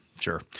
Sure